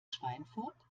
schweinfurt